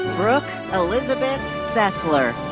brooke elizabeth sesler.